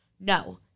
No